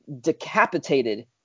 decapitated